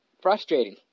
frustrating